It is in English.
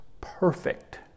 perfect